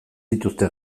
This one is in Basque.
dituzte